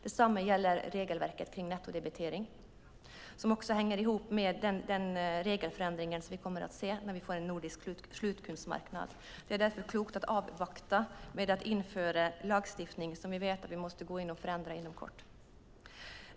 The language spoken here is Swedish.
Detsamma gäller regelverket för nettodebitering som hänger ihop med den regelförändring som vi kommer att se när vi får en nordisk slutkundsmarknad. Det är därför klokt att avvakta med att införa en lagstiftning som vi vet att vi måste gå in och förändra inom kort.